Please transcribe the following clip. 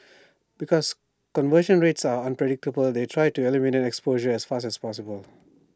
because conversion rates are unpredictable they try to eliminate exposure as fast as possible